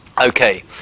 okay